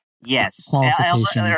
Yes